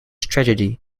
tragedy